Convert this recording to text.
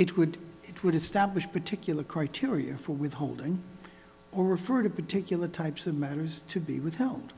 it would it would establish particular criteria for withholding or refer to particular types of matters to be withheld